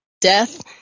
death